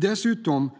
Dessutom